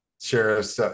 Sheriff